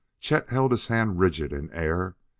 chet held his hand rigid in air,